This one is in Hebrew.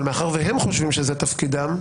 אבל מאחר והם חושבים שזה תפקידם,